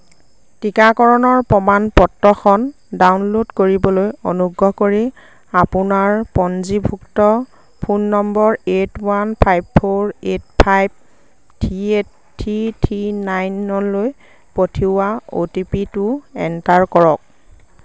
টীকাকৰণৰ প্ৰমাণপত্ৰখন ডাউনল'ড কৰিবলৈ অনুগ্ৰহ কৰি আপোনাৰ পঞ্জীভুক্ত phone number eight one five four eight five three eight three three নাইনলৈ পঠিওৱা অ' টি পি টো এণ্টাৰ কৰক